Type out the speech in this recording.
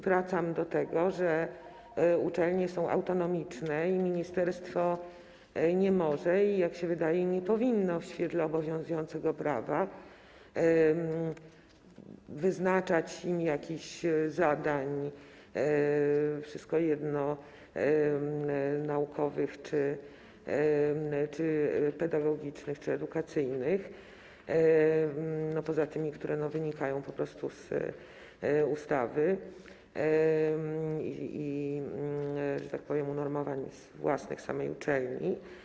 Wracam do tego, że uczelnie są autonomiczne i ministerstwo nie może ani - jak się wydaje - nie powinno w świetle obowiązującego prawa wyznaczać im jakichś zadań, wszystko jedno jakich, naukowych czy pedagogicznych, czy edukacyjnych, poza tymi, które wynikają po prostu z ustawy i z unormowań własnych samej uczelni.